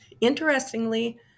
Interestingly